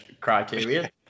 criteria